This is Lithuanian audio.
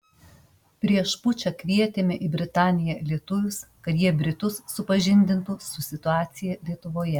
prieš pučą kvietėme į britaniją lietuvius kad jie britus supažindintų su situacija lietuvoje